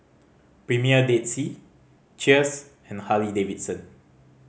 Premier Dead Sea Cheers and Harley Davidson